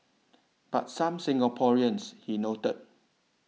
but some Singaporeans he noted